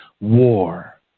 war